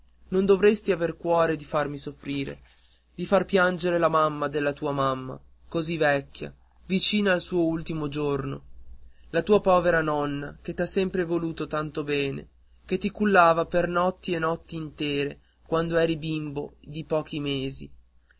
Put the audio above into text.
non dovresti aver cuore di farmi soffrire di far piangere la mamma della tua mamma così vecchia vicina al suo ultimo giorno la tua povera nonna che t'ha sempre voluto tanto bene che ti cullava per notti e notti intere quand'eri bimbo di pochi mesi